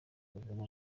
kuvoma